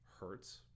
hurts